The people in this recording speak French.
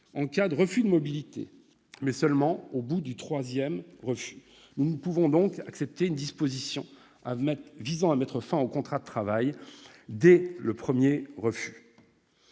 en cas de refus de mobilité, mais seulement au bout du troisième refus. Nous ne pouvons donc accepter une disposition visant à mettre fin au contrat de travail dès le premier refus.